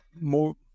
more